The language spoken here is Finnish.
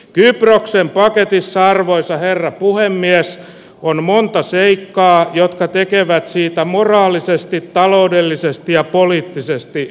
kierroksen paketissa arvoisa herra puhemies on monta seikkaa jotka tekevät siitä moraalisesti taloudellisesti ja poliittisesti